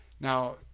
Now